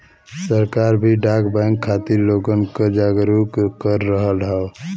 सरकार भी डाक बैंक खातिर लोगन क जागरूक कर रहल हौ